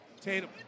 Tatum